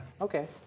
Okay